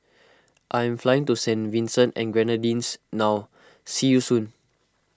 I am flying to Saint Vincent and the Grenadines now see you soon